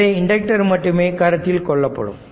எனவே இண்டக்டர் மட்டுமே கருத்தில் கொள்ளப்படும்